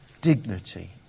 dignity